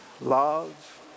love